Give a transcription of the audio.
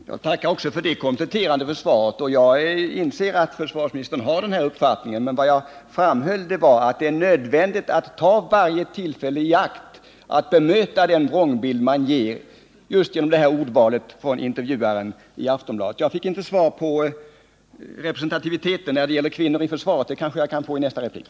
Herr talman! Jag tackar också för detta kompletterande svar. Jag inser att försvarsministern har den här uppfattningen. Vad jag framhöll var att det är nödvändigt att ta varje tillfälle i akt att bemöta den vrångbild som ges just genom intervjuarens ordval i Aftonbladet. Jag fick inte svar på min fråga om representativiteten när det gäller kvinnor i försvaret. Det kanske jag kan få i nästa replik.